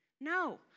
No